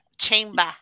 Chamber